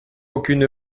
aucune